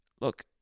look